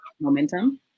momentum